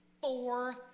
Four